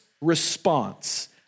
response